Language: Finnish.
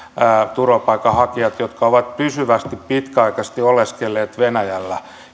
turvapaikanhakijoitten jotka ovat pysyvästi pitkäaikaisesti oleskelleet venäjällä